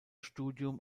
studium